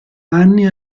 anni